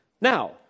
Now